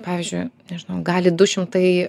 pavyzdžiui nežinau gali du šimtai